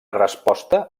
resposta